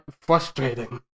frustrating